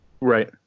Right